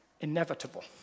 inevitable